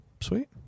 Sweet